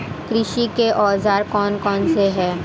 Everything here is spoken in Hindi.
कृषि के औजार कौन कौन से हैं?